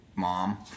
Mom